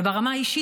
וברמה האישית,